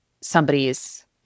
somebody's